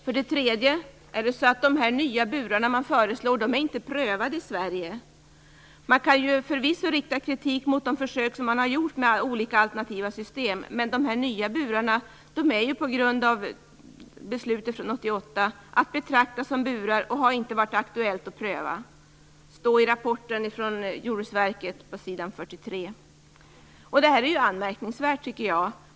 För det tredje är de nya burar som man föreslår inte prövade i Sverige. Man kan förvisso rikta kritik mot de försök som man har gjort med olika alternativa system, men de nya burarna är ju att betrakta som burar enligt beslutet från 1988, och det har inte varit aktuellt att pröva dem. Det står i rapporten från Jordbruksverket på s. 43. Jag tycker att det är anmärkningsvärt.